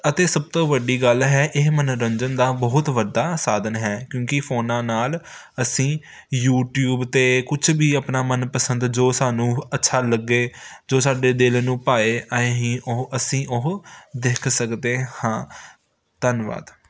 ਅਤੇ ਸਭ ਤੋਂ ਵੱਡੀ ਗੱਲ ਹੈ ਇਹ ਮਨੋਰੰਜਨ ਦਾ ਬਹੁਤ ਵੱਡਾ ਸਾਧਨ ਹੈ ਕਿਉਂਕਿ ਫੋਨਾਂ ਨਾਲ ਅਸੀਂ ਯੂਟਿਊਬ 'ਤੇ ਕੁਝ ਵੀ ਆਪਣਾ ਮਨ ਪਸੰਦ ਜੋ ਸਾਨੂੰ ਅੱਛਾ ਲੱਗੇ ਜੋ ਸਾਡੇ ਦਿਲ ਨੂੰ ਭਾਏ ਅਸੀਂ ਉਹ ਅਸੀਂ ਉਹ ਦੇਖ ਸਕਦੇ ਹਾਂ ਧੰਨਵਾਦ